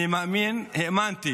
אני האמנתי